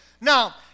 Now